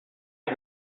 ich